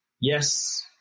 yes